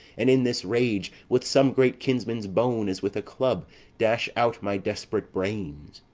and, in this rage, with some great kinsman's bone as with a club dash out my desp'rate brains?